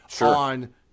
on